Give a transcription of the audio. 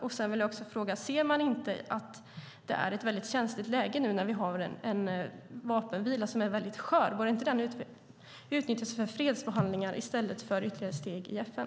Jag vill också fråga: Ser man inte att det nu är ett väldigt känsligt läge när vi har en vapenvila som är väldigt skör? Borde inte den utnyttjas för fredsförhandlingar i stället för ytterligare ett steg i FN?